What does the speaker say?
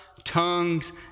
tongues